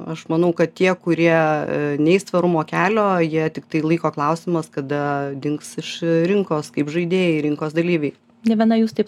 aš manau kad tie kurie neis tvarumo kelio jie tiktai laiko klausimas kada dings iš rinkos kaip žaidėjai rinkos dalyviai ne viena jūs taip